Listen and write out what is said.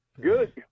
good